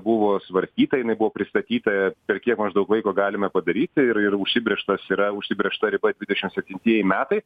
buvo svarstyta jinai buvo pristatyta per kiek maždaug laiko galime padaryti ir ir užsibrėžtas yra užsibrėžta riba dvidešim septintieji metai